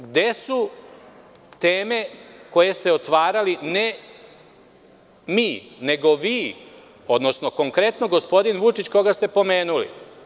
Gde su teme koje ste otvarali, ne mi, nego vi, odnosno konkretno gospodin Vučić, koga ste pomenuli?